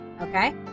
okay